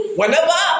whenever